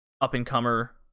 up-and-comer